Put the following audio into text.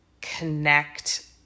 connect